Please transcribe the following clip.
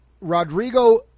Rodrigo